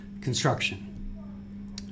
Construction